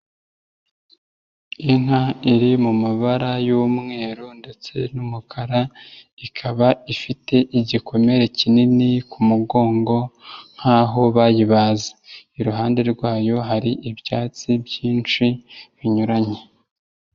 Inka iri mu mabara y'umweru ndetse n'umukara ikaba ifite igikomere kinini ku mugongo nkaho bayibaze, iruhande rwayo hari ibyatsi byinshi binyuranye.